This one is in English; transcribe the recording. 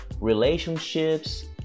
relationships